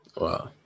Wow